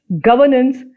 governance